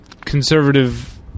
conservative